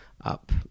up